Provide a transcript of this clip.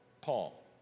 Paul